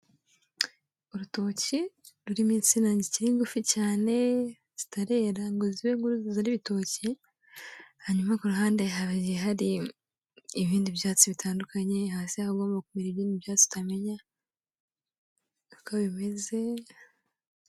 Urutoki rurimo insina zikiri ngufi cyane zitarera ngo zibe nkuru ngo zere ibitoki, hanyuma ku ruhande hagiye hari ibindi byatsi bitandukanye, hasi naho hari kumera ibindi byatsi utamenya uko bimeze...